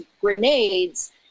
grenades